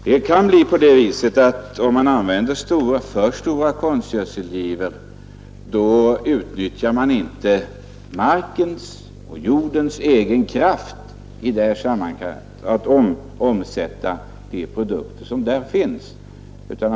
Det kan bli så, om man använder för stora konstgödselgivor, att man inte utnyttjar markens och organismernas egen kraft att omsätta de tillgångar som där finns.